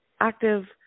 active